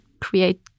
create